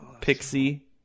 pixie